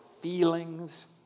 feelings